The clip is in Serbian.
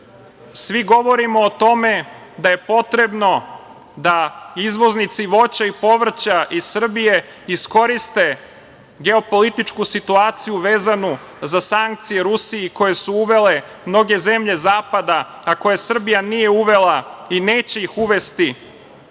Svi govorimo o tome da je potrebno da izvoznici voća i povrća iz Srbije iskoriste geopolitičku situaciju vezanu za sankcije Rusiji koje su uvele mnoge zemlje zapada, a koje Srbija nije uvela i neće ih uvesti